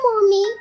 mommy